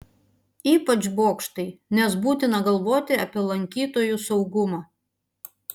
ypač bokštai nes būtina galvoti apie lankytojų saugumą